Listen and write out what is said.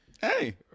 Hey